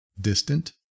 distant